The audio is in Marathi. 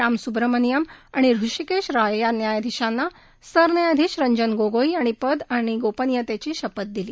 राम स्ब्रमनियन आणि हृषीकेश रॉय या न्यायाधीशांना सरन्यायाधीश रंजन गोगोई यांनी पद आणि गोपनीयतेची शपथ दिली